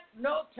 no